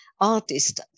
artist